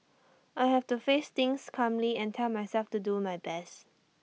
I have to face things calmly and tell myself to do my best